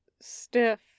stiff